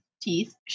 teeth